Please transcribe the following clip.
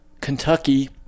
Kentucky